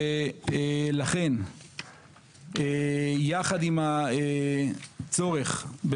ובהמשך גם נציגי רשות האוכלוסין כן יציגו